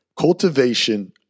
cultivation